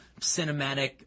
cinematic